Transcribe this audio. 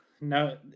No